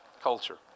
culture